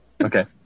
Okay